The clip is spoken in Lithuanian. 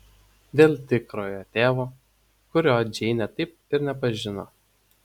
dėl tikrojo tėvo kurio džeinė taip ir nepažino